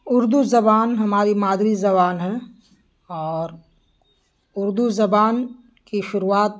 اردو زبان ہماری مادری زبان ہے اور اردو زبان کی شروعات